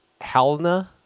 Halna